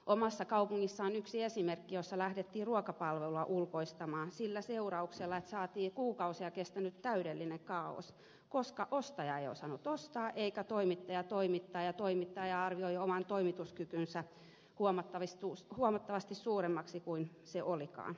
omassa kaupungissani on yksi esimerkki jossa lähdettiin ruokapalvelua ulkoistamaan sillä seurauksella että saatiin kuukausia kestänyt täydellinen kaaos koska ostaja ei osannut ostaa eikä toimittaja toimittaa ja toimittaja arvioi oman toimituskykynsä huomattavasti suuremmaksi kuin se olikaan